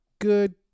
good